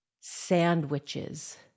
sandwiches